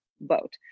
vote